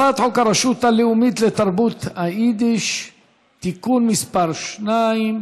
הצעת חוק אמנות הבנקים הבין-לאומיים לפיתוח (תיקוני חקיקה),